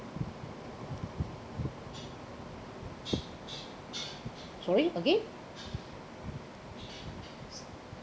sorry again